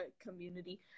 Community